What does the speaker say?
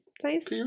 Please